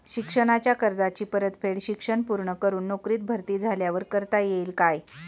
शिक्षणाच्या कर्जाची परतफेड शिक्षण पूर्ण करून नोकरीत भरती झाल्यावर करता येईल काय?